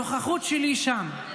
הנוכחות שלי שם,